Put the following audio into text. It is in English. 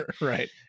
Right